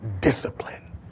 discipline